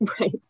right